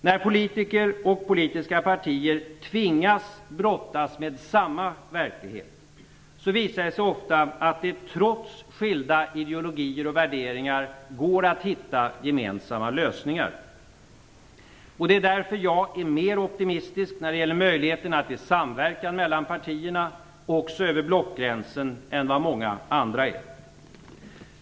När politiker och politiska partier tvingas brottas med samma verklighet visar det sig ofta att det, trots skilda ideologier och värderingar, går att hitta gemensamma lösningar. Det är därför jag är mer optimistisk när det gäller möjligheterna till samverkan mellan partierna, också över blockgränsen, än vad många andra är.